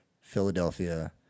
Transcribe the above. Philadelphia